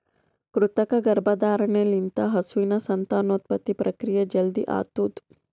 ಕೃತಕ ಗರ್ಭಧಾರಣೆ ಲಿಂತ ಹಸುವಿನ ಸಂತಾನೋತ್ಪತ್ತಿ ಪ್ರಕ್ರಿಯೆ ಜಲ್ದಿ ಆತುದ್